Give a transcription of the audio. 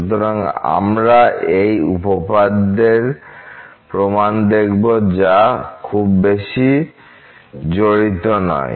সুতরাং আমরা এই উপপাদ্যের প্রমাণ দেখব যা খুব বেশি জড়িত নয়